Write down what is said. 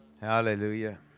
hallelujah